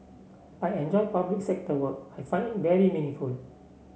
I enjoy public sector work I find it very meaningful